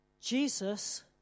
Jesus